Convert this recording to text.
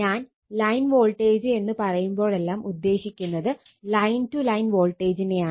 ഞാൻ line voltage എന്ന് പറയുമ്പോളെല്ലാം ഉദ്ദേശിക്കുന്നത് ലൈൻ ട്ടു ലൈൻ വോൾട്ടേജിനെയാണ്